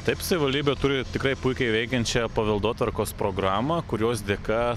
taip savivaldybė turi tikrai puikiai veikiančią paveldotvarkos programą kurios dėka